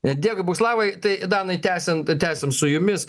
dėkui boguslavai tai danai tęsiant tęsiam su jumis